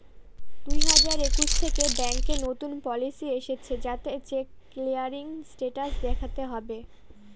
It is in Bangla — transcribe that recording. দুই হাজার একুশ থেকে ব্যাঙ্কে নতুন পলিসি এসেছে যাতে চেক ক্লিয়ারিং স্টেটাস দেখাতে হবে